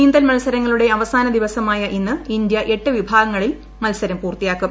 നീന്തൽ മത്സരങ്ങളുടെ അവസാന ദിവസമായ ഇന്ന് ഇന്ത്യ എട്ട് വിഭാഗങ്ങളിൽ മത്സരം പൂർത്തിയാക്കും